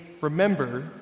remember